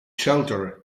shelter